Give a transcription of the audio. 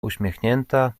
uśmiechnięta